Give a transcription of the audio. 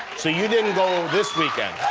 so you didn't go this weekend.